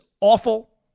awful